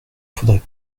faudrait